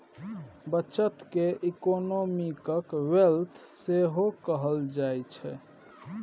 बचत केँ economic wealth सेहो कहल जाइ छै